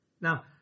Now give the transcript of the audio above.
Now